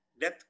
Death